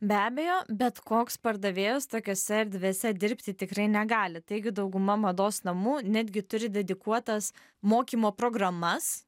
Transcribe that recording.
be abejo bet koks pardavėjas tokiose erdvėse dirbti tikrai negali taigi dauguma mados namų netgi turi dedikuotas mokymo programas